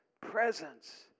presence